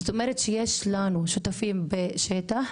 זאת אומרת שיש לנו שותפים בשטח,